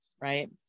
right